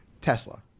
Tesla